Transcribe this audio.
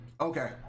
Okay